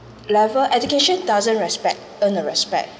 level education doesn't respect earn the respect